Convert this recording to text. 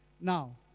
Now